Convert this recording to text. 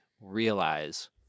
realize